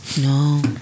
No